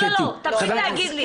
לא, לא, לא, תפסיק להגיד לי.